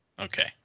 Okay